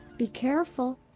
be careful!